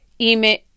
email